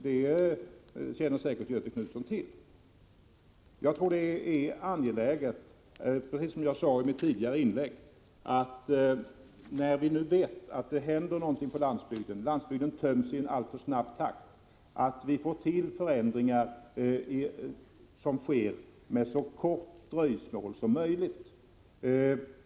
Det känner säkert Göthe Knutson till. När vi nu vet att landsbygden avfolkas i alltför snabb takt är det angeläget att vi åstadkommer förändringar med så litet dröjsmål som möjligt.